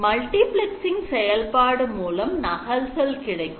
Multiplexing செயல்பாடு மூலம் நகல்கள் கிடைக்கும்